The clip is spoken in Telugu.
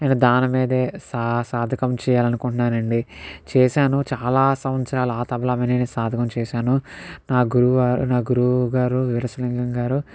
దాని మీదే సా సాధకం చేయాలనుకుంటున్నాను అండి చేసాను చాలా సంవత్సరాలు ఆ తబలా మీదే నేను సాధకం చేసాను నా గురువు గారు నా గురువు గారు వీరేశలింగం గారు